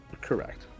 Correct